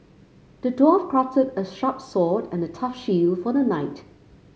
the dwarf crafted a sharp sword and a tough shield for the knight